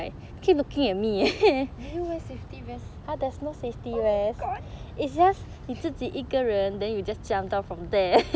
did you wear safety vest oh my god